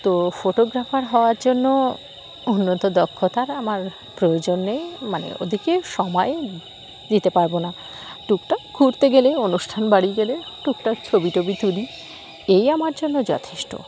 তো ফটোগ্রাফার হওয়ার জন্য উন্নত দক্ষতার আমার প্রয়োজন নেই মানে ওদিকে সময় দিতে পারবো না টুকটুাক ঘুরতে গেলে অনুষ্ঠান বাড়ি গেলে টুকটাক ছবি টবি তুলি এই আমার জন্য যথেষ্ট